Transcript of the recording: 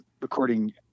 recording